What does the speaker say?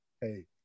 Hey